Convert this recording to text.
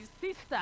sister